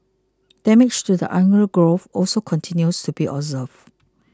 damage to the undergrowth also continues to be observed